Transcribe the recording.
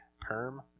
perm